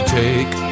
take